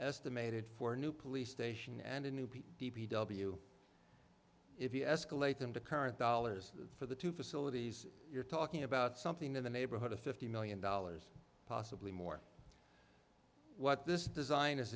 estimated for new police station and a new p d p w if you escalate them to current dollars for the two facilities you're talking about something in the neighborhood of fifty million dollars possibly more what this design